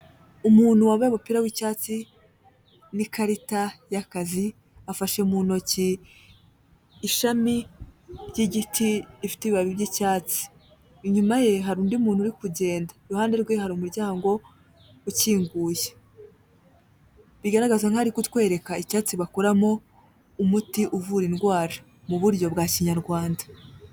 Umuntu wambaye umupira w'icyatsi n'ikarita y'akazi, afashe mu ntoki ishami ry'igiti rifite ibabi by'icyatsi, inyuma ye hari undi muntu uri kugenda, iruhande rwe hari umuryango ukinguye, bigaragaza nkaho ari kutwereka icyatsi bakoramo umuti uvura indwara mu buryo bwa kinyarwanda.